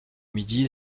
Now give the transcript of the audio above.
midi